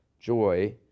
joy